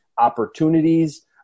opportunities